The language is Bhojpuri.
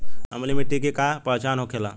अम्लीय मिट्टी के का पहचान होखेला?